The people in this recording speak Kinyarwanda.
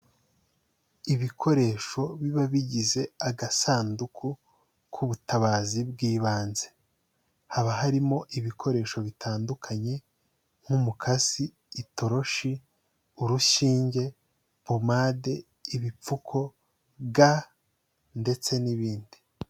Ibikoresho biba bigize agasanduku k'ubutabazi bw'ibanze, haba harimo ibikoresho bitandukanye nk'umukasi, itoroshi, urushinge, pomade, ibipfuko, ga ndetse n'ibindi.